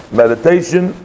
meditation